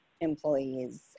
employees